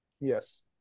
Yes